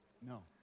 No